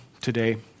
today